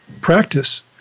practice